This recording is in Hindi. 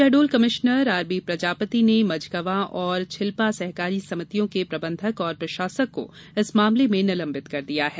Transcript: शहडोल कमिश्नर आरबी प्रजापति ने मझगवां और छिल्पा सहकारी समितियों के प्रबंधक और प्रशासक को इस मामले में निलबिंत कर दिया है